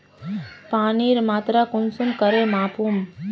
पानीर मात्रा कुंसम करे मापुम?